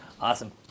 Awesome